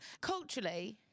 Culturally